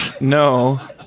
no